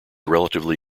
relatively